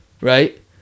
right